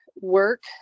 work